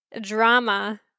drama